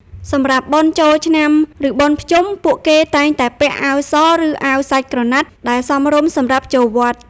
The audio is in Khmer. សម្រាប់បុណ្យចូលឆ្នាំឬបុណ្យភ្ជុំបិណ្ឌ ពួកគេតែងតែពាក់អាវសឬអាវសាច់ក្រណាត់ដែលសមរម្យសម្រាប់ចូលវត្ត។